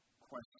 question